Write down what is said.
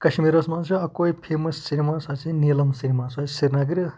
کَشمیٖرَس منٛز چھِ اَکوے فیمَس سینِما سُہ حظ چھِ نیٖلَم سینِما سُہ حظ چھِ سرینگرٕ